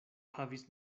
havis